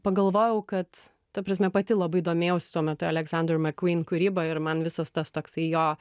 pagalvojau kad ta prasme pati labai domėjaus tuo metu aleksandr marqueen kūryba ir man visas tas toksai jo